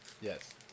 Yes